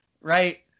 Right